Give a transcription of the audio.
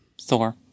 Thor